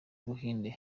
buhinde